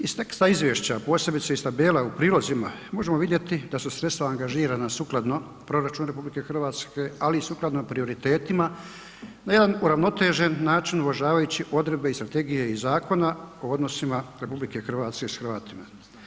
Iz teksta izvješća, a posebice iz tabela u prilozima možemo vidjeti da su sredstava angažirana sukladno proračunu RH, ali i sukladno prioritetima na jedan uravnotežen način uvažavajući odredbe i strategije iz zakona o odnosima RH s Hrvatima.